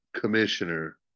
commissioner